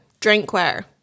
drinkware